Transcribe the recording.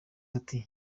ati